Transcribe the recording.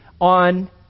on